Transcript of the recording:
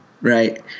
right